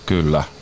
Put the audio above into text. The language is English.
Kyllä